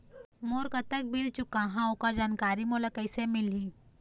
मोर कतक बिल चुकाहां ओकर जानकारी मोला कैसे मिलही?